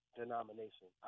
denomination